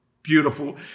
Beautiful